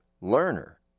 learner